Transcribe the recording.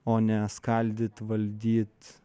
o ne skaldyt valdyt